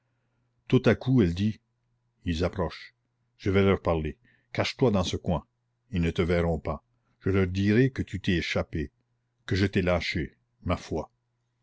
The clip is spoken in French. tout à coup elle dit ils approchent je vais leur parler cache-toi dans ce coin ils ne te verront pas je leur dirai que tu t'es échappée que je t'ai lâchée ma foi